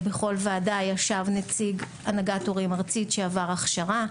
בכל ועדה ישב נציג הנהגת הורים ארצית שעבר הכשרה.